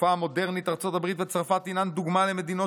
"בתקופה המודרנית ארצות הברית וצרפת הינן דוגמה למדינות